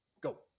go